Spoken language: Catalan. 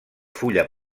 fulla